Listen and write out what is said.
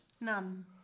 None